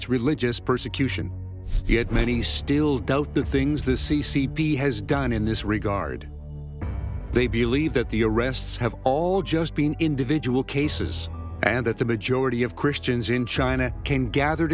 its religious persecution yet many still doubt the things the c c p has done in this regard they believe that the arrests have all just been individual cases and that the majority of christians in china can gather